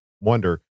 wonder